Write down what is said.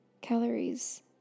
Calories